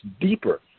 deeper